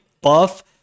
buff